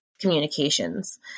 communications